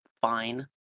fine